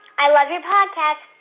i love your podcast.